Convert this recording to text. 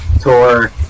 tour